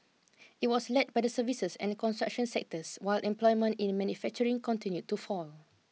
it was led by the services and construction sectors while employment in manufacturing continued to fall